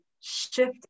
shift